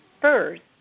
first